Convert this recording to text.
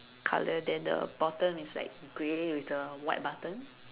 colour then the bottom is like grey with the white button